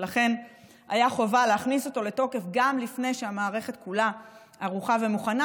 ולכן הייתה חובה להכניס אותו לתוקף גם לפני שהמערכת כולה ערוכה ומוכנה,